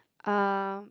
uh